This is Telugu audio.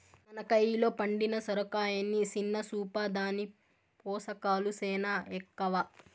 మన కయిలో పండిన సొరకాయని సిన్న సూపా, దాని పోసకాలు సేనా ఎక్కవ